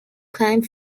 climb